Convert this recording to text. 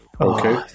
Okay